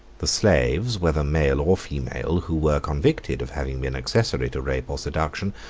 the slaves, whether male or female, who were convicted of having been accessory to rape or seduction,